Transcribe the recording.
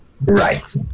Right